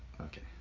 okay